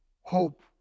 hope